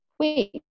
wait